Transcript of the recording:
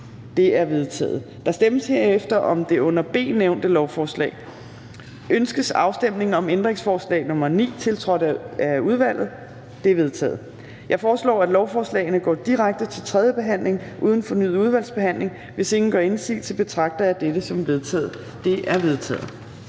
til i kontroløjemed at indhente oplysninger fra SafeSeaNet)]: Ønskes afstemning om ændringsforslag nr. 9, tiltrådt af udvalget? Det er vedtaget. Jeg foreslår, at lovforslagene går direkte til tredje behandling uden fornyet udvalgsbehandling. Hvis ingen gør indsigelse, betragter jeg dette som vedtaget. Det er vedtaget.